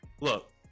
Look